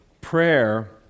prayer